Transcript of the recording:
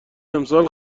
امسال